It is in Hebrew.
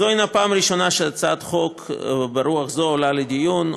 זו אינה פעם ראשונה שהצעת חוק ברוח זו עולה לדיון.